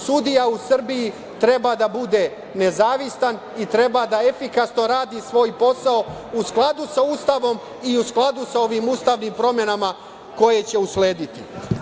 Sudija u Srbiji treba da bude nezavistan i treba da efikasno radi svoj posao, u skladu sa Ustavom i u skladu sa ovim ustavnim promenama koje će uslediti.